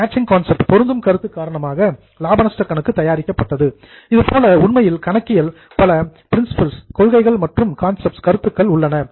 matching concept பொருந்தும் கருத்து காரணமாக லாப நஷ்ட கணக்கு தயாரிக்கப்பட்டது இது போல உண்மையில் கணக்கியலில் பல பிரின்ஸிபில்ஸ் கொள்கைகள் மற்றும் கான்செப்ட்ஸ் கருத்துக்கள் உள்ளன